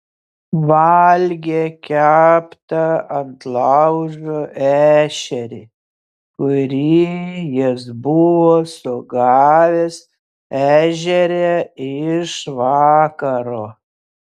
valgė keptą ant laužo ešerį kurį jis buvo sugavęs ežere iš vakaro